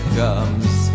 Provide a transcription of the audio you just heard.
comes